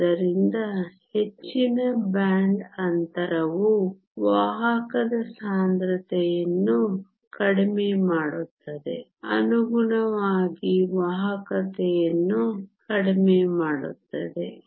ಆದ್ದರಿಂದ ಹೆಚ್ಚಿನ ಬ್ಯಾಂಡ್ ಅಂತರವು ವಾಹಕದ ಸಾಂದ್ರತೆಯನ್ನು ಕಡಿಮೆ ಮಾಡುತ್ತದೆ ಅನುಗುಣವಾಗಿ ವಾಹಕತೆಯನ್ನು ಕಡಿಮೆ ಮಾಡುತ್ತದೆ